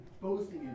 boasting